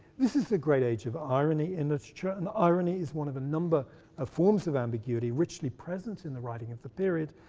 this is the great age of irony in literature and irony is one of a number of forms of ambiguity, richly present in the writing of the period,